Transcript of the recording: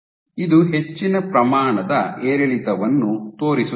ಇದು ಹೆಚ್ಚಿನ ಪ್ರಮಾಣದ ಏರಿಳಿತವನ್ನು ತೋರಿಸುತ್ತದೆ